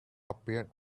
appeared